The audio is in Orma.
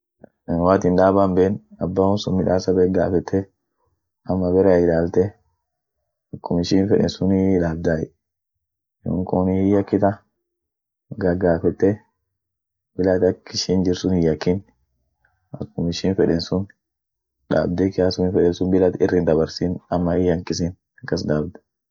Woatin daaba hinben, aba wonsun midasa bek gafete ama barea ilalte, akum ishin feden sunii daabday, yonkunii hin yakita, gagafete bila at ak ishin jirt sun hin yakin akum ishin feden sun, daabde kiasum eden sun bila at ir hindabarsin ama hin yankisin akas daabd.